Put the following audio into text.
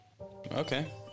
okay